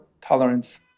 tolerance